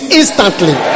instantly